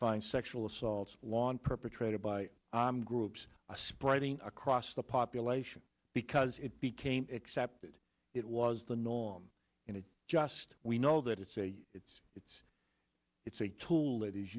finds sexual assaults long perpetrated by groups are spreading across the population because it became accepted it was the norm and it just we know that it's a it's it's it's a tool that is